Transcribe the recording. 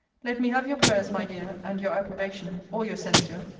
let me have your prayers, my dear and your approbation, or your censure,